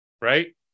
Right